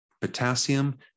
potassium